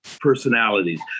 personalities